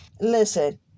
Listen